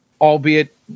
albeit